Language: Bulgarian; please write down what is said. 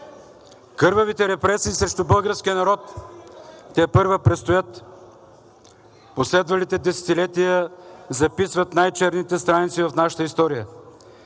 Кървавите репресии срещу българския народ тепърва престоят, а последвалите десетилетия записват най-черните страници в нашата история.